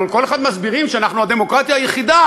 אנחנו לכל אחד מסבירים שאנחנו הדמוקרטיה היחידה